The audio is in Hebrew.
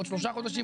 עוד שלושה חודשים,